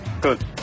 good